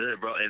bro